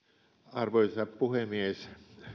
arvoisa puhemies